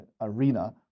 arena